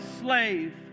slave